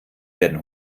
werden